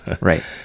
Right